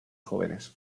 jóvenes